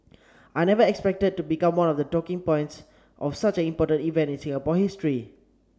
I never expected to become one of the talking points of such an important event in Singapore history